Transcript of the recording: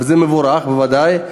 וזה מבורך בוודאי.